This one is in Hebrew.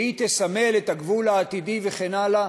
שהיא תסמן את הגבול העתידי וכן הלאה,